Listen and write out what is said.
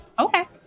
Okay